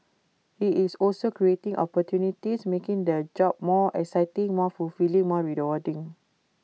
IT is also creating opportunities making the job more exciting more fulfilling more rewarding